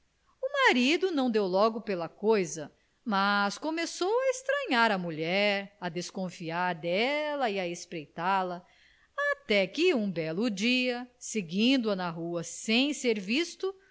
o marido não deu logo pela coisa mas começou a estranhar a mulher a desconfiar dela e a espreitá la até que um belo dia seguindo a na rua sem ser visto